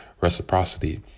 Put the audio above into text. reciprocity